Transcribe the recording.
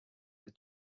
that